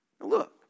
Look